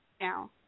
now